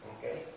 okay